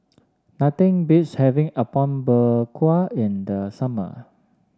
nothing beats having Apom Berkuah in the summer